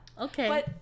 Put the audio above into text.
okay